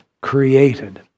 created